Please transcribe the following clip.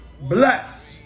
bless